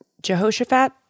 Jehoshaphat